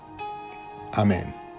Amen